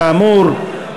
כאמור,